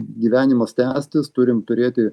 gyvenimas tęstis turim turėti